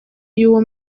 y’uwo